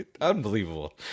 unbelievable